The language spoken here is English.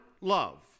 love